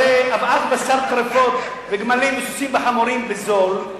הרי הבאת בשר טרפות וגמלים וסוסים וחמורים בזול,